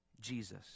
Jesus